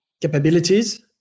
capabilities